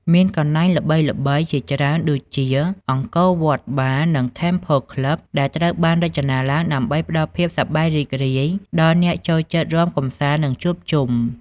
មានកន្លែងល្បីៗជាច្រើនដូចជា អង្គរវត្ត បារ និង ធេមផល ក្លឹប (Temple Club) ដែលត្រូវបានរចនាឡើងដើម្បីផ្តល់ភាពសប្បាយរីករាយដល់អ្នកចូលចិត្តរាំកម្សាន្ត និងជួបជុំ ។